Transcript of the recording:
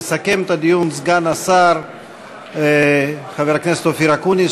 יסכם את הדיון סגן השר חבר הכנסת אופיר אקוניס,